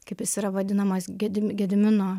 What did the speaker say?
kaip jis yra vadinamas gedi gedimino